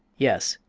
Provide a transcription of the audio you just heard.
yes,